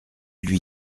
lui